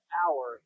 hour